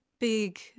big